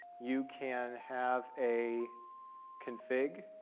you can have a config.